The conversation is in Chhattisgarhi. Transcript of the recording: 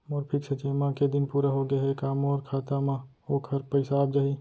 मोर फिक्स जेमा के दिन पूरा होगे हे का मोर खाता म वोखर पइसा आप जाही?